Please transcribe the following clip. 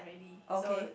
okay